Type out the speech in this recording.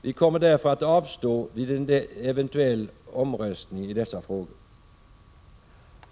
Vi kommer därför att avstå vid en eventuell omröstning i dessa frågor.